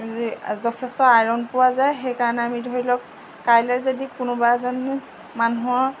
যথেষ্ট আইৰণ পোৱা যায় সেইকাৰণে আমি ধৰি লওক কাইলৈ যদি কোনোবা এজন মানুহৰ